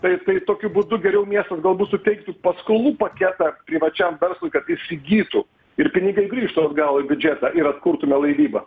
taip tai tokiu būdu geriau miestas galbūt suteiktų paskolų paketą privačiam verslui kad įsigytų ir pinigai grįžtų atgal į biudžetą ir atkurtume laivybą